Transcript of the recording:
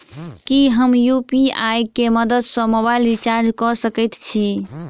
की हम यु.पी.आई केँ मदद सँ मोबाइल रीचार्ज कऽ सकैत छी?